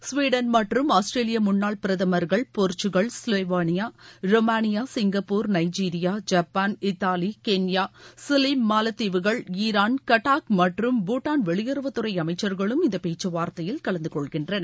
Sweden மற்றும் ஆஸ்திரேலிய முன்னாள் பிரதமர்கள் Portugal Slovenia Romania Singapore Nigeria Japan Italy Kenya Chile மாலத்தீவுகள் ஈரான் கட்டாக் மற்றும் பூடான் வெளியுறவுத் துறை அமைச்சர்களும் இந்தப் பேச்சுவார்த்தையில் கலந்துகொள்கின்றனர்